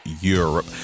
Europe